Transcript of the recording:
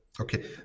okay